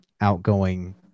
outgoing